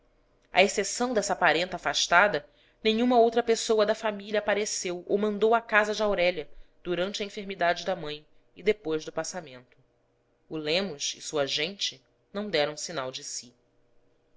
à exceção dessa parenta afastada nenhuma outra pessoa da família apareceu ou mandou à casa de aurélia durante a enfermidade da mãe e depois do passamento o lemos e sua gente não deram sinal de si